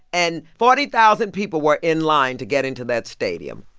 and forty thousand people were in line to get into that stadium.